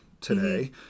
today